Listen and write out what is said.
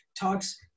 talks